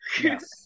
Yes